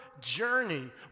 journey